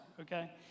okay